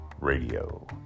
Radio